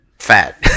Fat